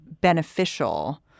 beneficial